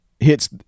Hits